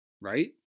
right